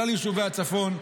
כלל יישובי הצפון.